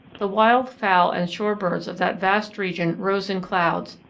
the wild fowl and shore birds of that vast region rose in clouds,